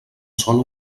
sola